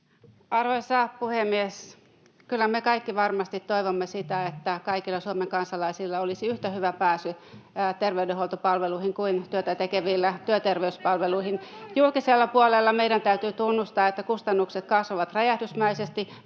Arvoisa puhemies! Kyllä me kaikki varmasti toivomme sitä, että kaikilla Suomen kansalaisilla olisi yhtä hyvä pääsy terveydenhuoltopalveluihin kuin työtä tekevillä työterveyspalveluihin. Julkisella puolella meidän täytyy tunnustaa, että kustannukset kasvavat räjähdysmäisesti